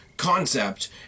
Concept